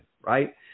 Right